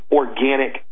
organic